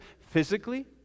physically